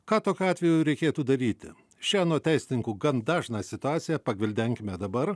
ką tokiu atveju reikėtų daryti šią anot teisininkų gan dažną situaciją pagvildenkime dabar